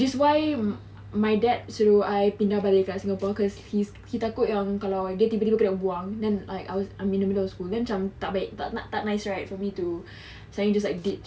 that's why my dad suruh I pindah balik kat singapore cause he takut yang kalau dia tiba-tiba kena buang then like I'm in the middle of school then macam tak baik tak tak nice right for me to suddenly like ditch